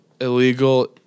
illegal